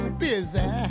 busy